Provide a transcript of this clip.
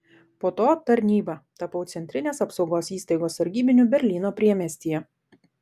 po to tarnyba tapau centrinės apsaugos įstaigos sargybiniu berlyno priemiestyje